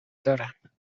دارم